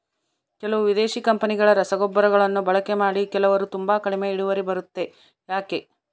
ಕೆಲವು ವಿದೇಶಿ ಕಂಪನಿಗಳ ರಸಗೊಬ್ಬರಗಳನ್ನು ಬಳಕೆ ಮಾಡಿ ಕೆಲವರು ತುಂಬಾ ಕಡಿಮೆ ಇಳುವರಿ ಬರುತ್ತೆ ಯಾಕೆ?